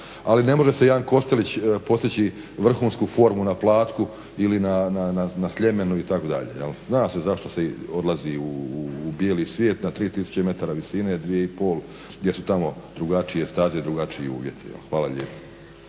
ali ne može se jedan Kostelić postići vrhunsku formu na Platku ili na Sljemenu itd. Zna se zašto se odlazi u bijeli svijet na 3000m visine, 2500, gdje su tamo drugačije staze, drugačiji uvjeti. Hvala lijepa.